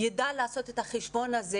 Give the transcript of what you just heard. יידע לעשות את החשבון הזה.